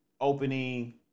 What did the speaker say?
opening